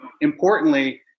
importantly